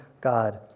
God